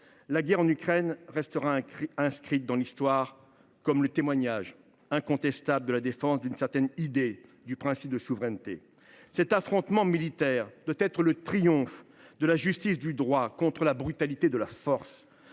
La guerre en Ukraine restera inscrite dans l’Histoire comme le témoignage incontestable de la défense d’une certaine idée du principe de souveraineté. Cet affrontement militaire doit se solder par le triomphe de la justice du droit contre la brutalité de la force.